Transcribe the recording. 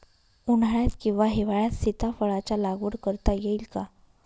उन्हाळ्यात किंवा हिवाळ्यात सीताफळाच्या लागवड करता येईल का?